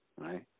right